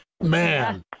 Man